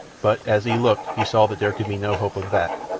but as he looked he saw that there could be no hope of that.